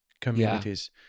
communities